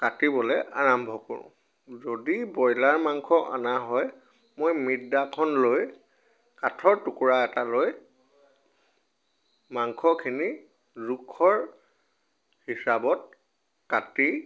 কাটিবলৈ আৰম্ভ কৰোঁ যদি ব্ৰইলাৰ মাংস অনা হয় মই মিট দাখন লৈ কাঠৰ টুকোৰা এটা লৈ মাংসখিনি জোখৰ হিচাপত কাটি